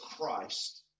Christ